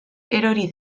erori